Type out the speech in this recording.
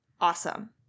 awesome